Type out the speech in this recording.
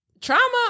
Trauma